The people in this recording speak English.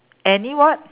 any what